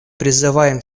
призываем